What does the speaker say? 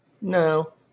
No